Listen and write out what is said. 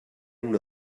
una